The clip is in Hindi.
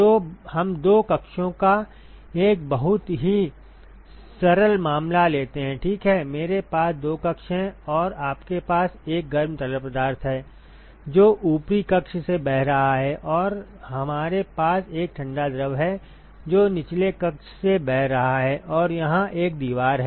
तो हम दो कक्षों का एक बहुत ही सरल मामला लेते हैं ठीक है मेरे पास दो कक्ष हैं और आपके पास एक गर्म तरल पदार्थ है जो ऊपरी कक्ष से बह रहा है और हमारे पास एक ठंडा द्रव है जो निचले कक्ष से बह रहा है और यहाँ एक दीवार है